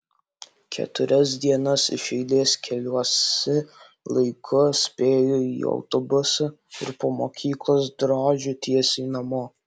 keturias dienas iš eilės keliuosi laiku spėju į autobusą ir po mokyklos drožiu tiesiai namo